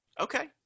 okay